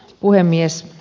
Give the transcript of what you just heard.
puhemies